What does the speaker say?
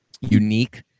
unique